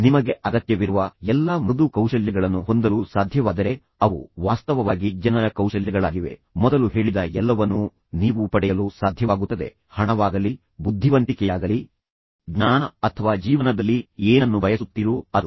ನಿಮಗೆ ಅಗತ್ಯವಿರುವ ಎಲ್ಲಾ ಮೃದು ಕೌಶಲ್ಯಗಳನ್ನು ಹೊಂದಲು ಸಾಧ್ಯವಾದರೆ ಅವು ವಾಸ್ತವವಾಗಿ ಜನರ ಕೌಶಲ್ಯಗಳಾಗಿವೆ ನಾನು ಮೊದಲು ಹೇಳಿದ ಎಲ್ಲವನ್ನೂ ನೀವು ಪಡೆಯಲು ಸಾಧ್ಯವಾಗುತ್ತದೆ ಅದು ಹಣವಾಗಲಿ ಬುದ್ಧಿವಂತಿಕೆಯಾಗಲಿ ಜ್ಞಾನ ಅಥವಾ ಈ ಜೀವನದಲ್ಲಿ ನೀವು ಏನನ್ನು ಬಯಸುತ್ತೀರೋ ಅದು